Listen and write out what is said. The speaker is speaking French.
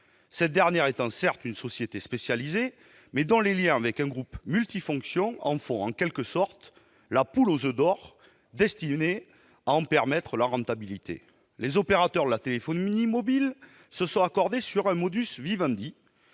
Ce dernier opérateur est, certes, une société spécialisée, mais ses liens avec un groupe multifonctions en font, en quelque sorte, la poule aux oeufs d'or destinée à en permettre la rentabilité. Les opérateurs de la téléphonie mobile se sont accordés sur un, évidemment